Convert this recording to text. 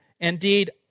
Indeed